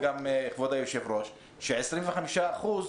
חברת הכנסת אורלי פרומן ואחריה היבה